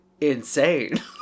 insane